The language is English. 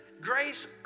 grace